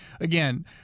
again